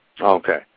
Okay